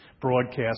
broadcast